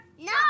No